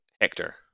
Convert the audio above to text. Hector